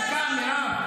הדבר הזה?